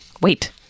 Wait